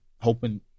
hoping